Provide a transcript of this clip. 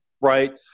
right